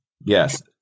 Yes